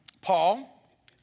Paul